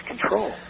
control